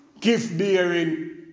gift-bearing